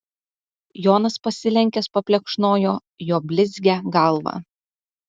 jonas pasilenkęs paplekšnojo jo blizgią galvą